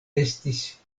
estas